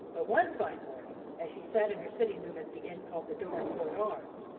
but one fine morning, as she sat in her sitting-room at the inn called the dorincourt arms,